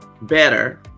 better